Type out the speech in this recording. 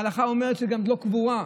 ההלכה אומרת שזו גם לא קבורה.